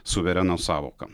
suvereno sąvoka